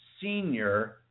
senior